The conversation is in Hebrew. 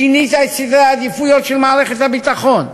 שינית את סדרי העדיפויות של מערכת הביטחון,